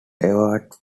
everett